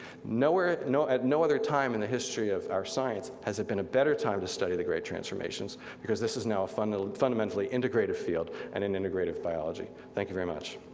nowhere, at no other time in the history of our science has it been a better time to study the great transformations because this is now a fundamentally fundamentally integrative field, and an integrative biology. thank you very much.